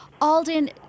Alden